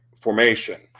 formation